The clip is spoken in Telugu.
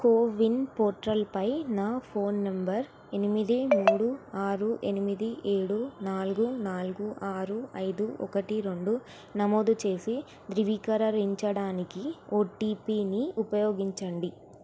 కోవిన్ పోర్టల్పై నా ఫోన్ నంబర్ ఎనిమిది మూడు ఆరు ఎనిమిది ఏడు నాలుగు నాలుగు ఆరు ఐదు ఒకటి రెండు నమోదు చేసి ధృవీకరించడానికి ఓటిపిని ఉపయోగించండి